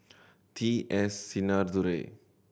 T S Sinnathuray